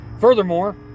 furthermore